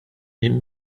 minn